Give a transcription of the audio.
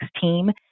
team